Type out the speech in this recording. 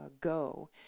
go